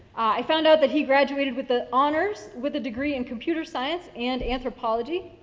i found out that he graduated with ah honors with a degree in computer science and anthropology